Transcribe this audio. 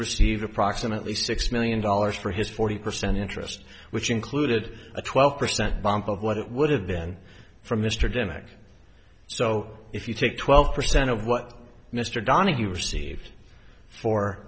received approximately six million dollars for his forty percent interest which included a twelve percent bump of what it would have been for mr demick so if you take twelve percent of what mr donohue received for